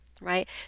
right